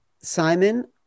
Simon